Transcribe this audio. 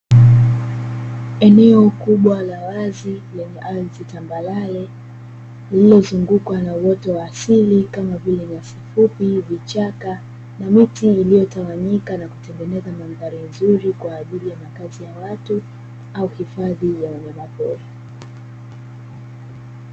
Eneo kubwa la wazi, lenye ardhi tambarare lililozungukwa na uoto wa asili kama vile nyasi fupi, vichaka, na miti iliyotawanyika na kutengeneza mandhari nzuri kwa ajili ya makazi ya watu au hifadhi ya wanyama pori.